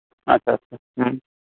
ᱟᱪᱪᱷᱟ ᱟᱪᱪᱷᱟ ᱦᱮᱸ